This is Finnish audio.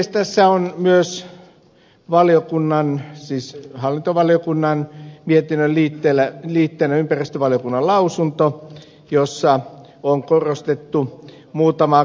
tässä on myös hallintovaliokunnan mietinnön liitteenä ympäristövaliokunnan lausunto jossa on korostettu muutamaa keskeistä asiaa